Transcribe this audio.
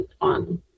on